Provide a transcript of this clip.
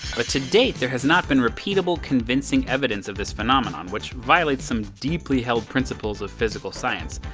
but to date there has not been repeatable, convincing evidence of this phenomenon, which violates some deeply held principles of physical science.